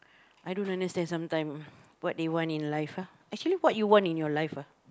I don't understand sometimes what they want in life ah actually what you want in your life ah